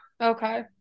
Okay